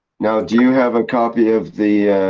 now, do you have a copy of the.